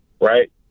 right